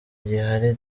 gihari